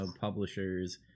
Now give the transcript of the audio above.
publishers